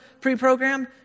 pre-programmed